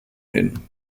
hin